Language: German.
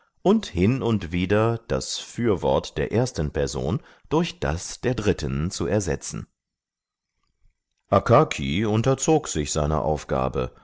und hin und wieder das fürwort der ersten person durch das der dritten zu ersetzen akaki unterzog sich seiner aufgabe